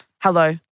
hello